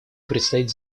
предстоит